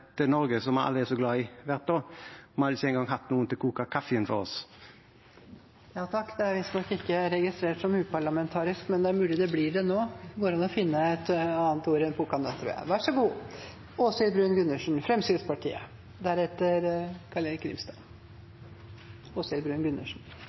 Norge vi alle er så glad i, vært da? Vi hadde ikke engang hatt noen til å koke kaffen for oss. Det er visstnok ikke registrert som uparlamentarisk, men det er mulig det blir det nå. Det går an å finne andre ord enn